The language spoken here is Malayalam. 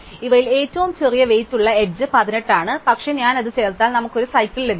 ഇവയിൽ ഏറ്റവും ചെറിയ വെയ്റ്റ് ഉള്ള എഡ്ജ് 18 ആണ് പക്ഷേ ഞാൻ അത് ചേർത്താൽ നമുക്ക് ഒരു സൈക്കിൾ ലഭിക്കും